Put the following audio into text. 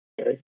okay